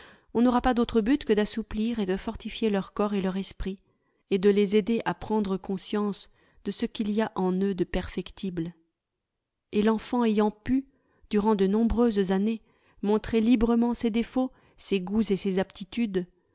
on n'aura pas d'autre but que d'assouplir et de fortifier leur corps et leur esprit et de les aider à prendre conscience de ce qu'il y a en eux de perfectible et l'enfant ayant pu durant de nombreuses années montrer librement ses défauts ses goûts et ses aptitudes